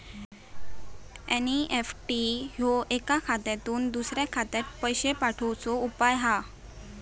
NEFT ह्यो एका खात्यातुन दुसऱ्या खात्यात पैशे पाठवुचो उपाय हा